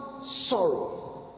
sorrow